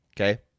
Okay